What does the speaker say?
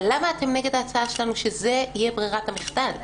אבל למה אתן נגד ההצעה שלנו שזו תהיה ברירת המחדל?